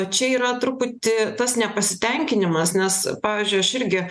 čia yra truputį tas nepasitenkinimas nes pavyzdžiui aš irgi